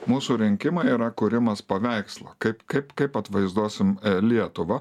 mūsų rinkimai yra kūrimas paveikslo kaip kaip kaip atvaizduosim lietuvą